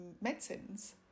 medicines